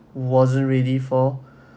wasn't ready for